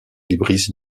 libris